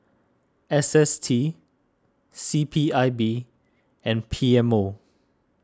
S S T C P I B and P M O